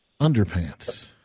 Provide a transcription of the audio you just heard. underpants